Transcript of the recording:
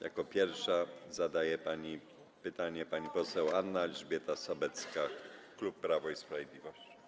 Jako pierwsza zadaje pytanie pani poseł Anna Elżbieta Sobecka, klub Prawo i Sprawiedliwość.